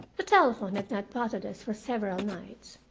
the telephone had not bothered us for several nights,